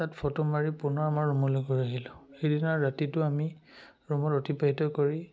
তাত ফটো মাৰি পুনৰ আমাৰ ৰুমলৈ ঘূৰি আহিলোঁ সিদিনা ৰাতিটো আমি ৰুমত অতিবাহিত কৰি